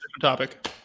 topic